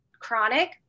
chronic